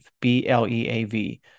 B-L-E-A-V